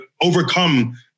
overcome